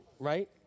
right